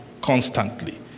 Constantly